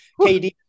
KD